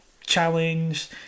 challenge